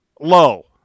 low